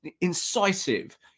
incisive